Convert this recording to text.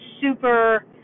super